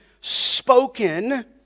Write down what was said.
spoken